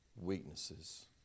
weaknesses